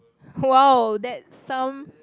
!wow! that's some